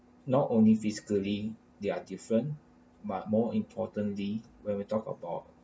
not only physically they are different but more importantly when we talk about